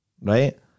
right